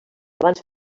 abans